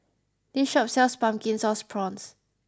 this shop sells Pumpkin Sauce Prawns